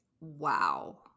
Wow